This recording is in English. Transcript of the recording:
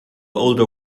older